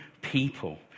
people